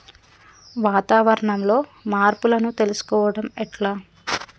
వాతావరణంలో మార్పులను తెలుసుకోవడం ఎట్ల?